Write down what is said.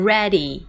Ready